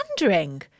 wondering